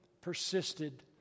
persisted